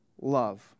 love